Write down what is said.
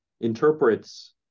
interprets